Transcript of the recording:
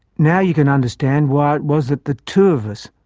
now you can understand why it was that the two of us,